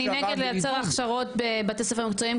אני נגד לייצר ההכשרות בבתי ספר מקצועיים,